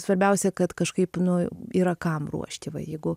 svarbiausia kad kažkaip nu yra kam ruošti va jeigu